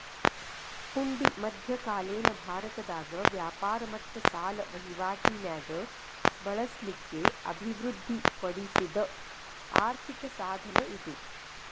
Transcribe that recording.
ಹುಂಡಿ ಮಧ್ಯಕಾಲೇನ ಭಾರತದಾಗ ವ್ಯಾಪಾರ ಮತ್ತ ಸಾಲ ವಹಿವಾಟಿ ನ್ಯಾಗ ಬಳಸ್ಲಿಕ್ಕೆ ಅಭಿವೃದ್ಧಿ ಪಡಿಸಿದ್ ಆರ್ಥಿಕ ಸಾಧನ ಇದು